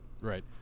right